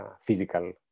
physical